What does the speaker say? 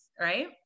right